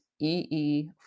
E-E